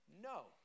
No